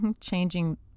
changing